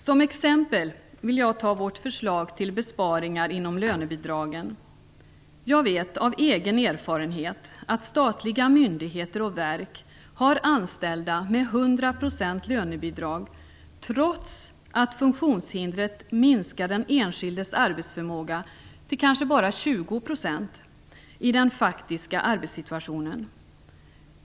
Som exempel vill jag ta vårt förslag till besparingar inom lönebidragen. Jag vet av egen erfarenhet att statliga myndigheter och verk har anställda med 100 % lönebidrag, trots att funktionshindret minskar den enskildes arbetsförmåga till kanske bara 20 % i den faktiska arbetssituationen.